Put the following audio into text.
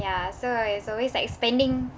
ya so it's always like spending